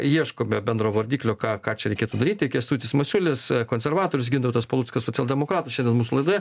ieškome bendro vardiklio ką ką čia reikėtų daryti kęstutis masiulis konservatorius gintautas paluckas socialdemokratas šiandien mūsų laidoje